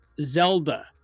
Zelda